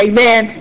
Amen